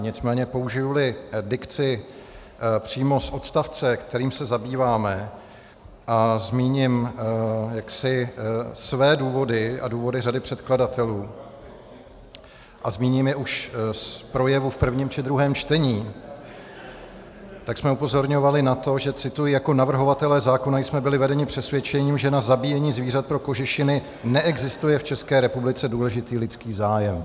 Nicméně použijili dikci přímo z odstavce, kterým se zabýváme, a zmíním své důvody a důvody řady předkladatelů, a zmíním je už z projevu v prvním či druhém čtení, tak jsme upozorňovali na to, že cituji jako navrhovatelé zákona jsme byli vedeni přesvědčením, že na zabíjení zvířat pro kožešiny neexistuje v České republice důležitý lidský zájem.